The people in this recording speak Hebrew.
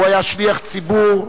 היה שליח ציבור.